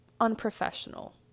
unprofessional